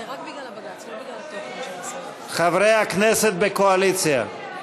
חברי הכנסת בקואליציה.